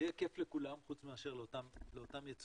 זה יהיה כיף לכולם, חוץ מאשר לאותם יצואנים.